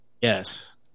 yes